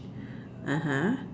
(uh huh)